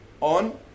on